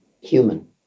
human